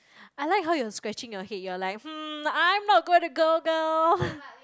I like how you're scratching your head you're like hmm I'm not going to go girl